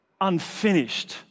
unfinished